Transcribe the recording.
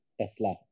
Tesla